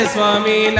Swami